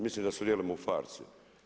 Mislim da sudjelujemo u farsi.